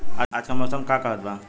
आज क मौसम का कहत बा?